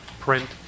print